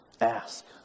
ask